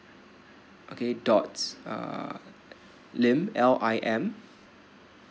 okay dot uh lim L I M